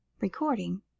Recording